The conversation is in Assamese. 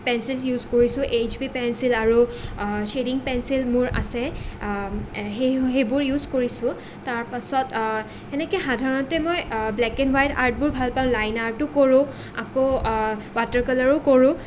পেঞ্চিল ইউজ কৰিছোঁ এইচ বি পেঞ্চিল আৰু থেড্ৰিং পেঞ্চিল মোৰ আছে সেই সেইবোৰ ইউজ কৰিছোঁ তাৰ পাছত সেনেকৈ সাধাৰণতে মই ব্লেক এণ্ড হোৱাইট আৰ্টবোৰ ভাল পাওঁ লাইন আৰ্টো কৰোঁ আকৌ ৱাটাৰকালাৰো কৰোঁ